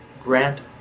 grant